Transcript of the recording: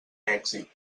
èxit